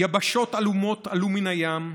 יבשות עלומות עלו מן הים,